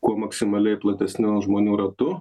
kuo maksimaliai platesniu žmonių ratu